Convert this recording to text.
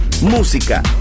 música